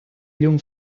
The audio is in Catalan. llum